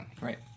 Right